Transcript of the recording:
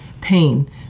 pain